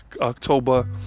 October